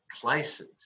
places